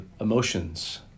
emotions